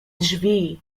drzwi